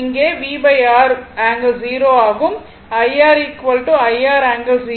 இங்கே VR ∠0 ஆகும்